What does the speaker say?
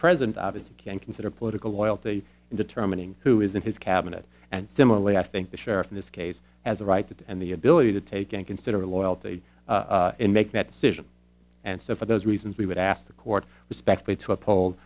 president obviously can consider political loyalty in determining who is in his cabinet and similarly i think the sheriff in this case has a right to do and the ability to take and consider loyalty and make that decision and so for those reasons we would ask the court respectfully to uphol